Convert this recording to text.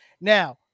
now